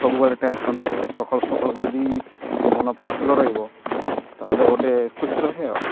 ସବୁବେଳେ ଟେନସନ୍ରେ ରହେ ସଖାଳୁ ସଖାଳୁ ଯଦି ଟିକେ ମନ ପ୍ରଫୁଲ୍ଲ ରହିବ ତା'ହେଲେ ଗୋଟେ ଖୁସି ରହେ ଆଉ